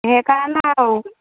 সেইকাৰণে আৰু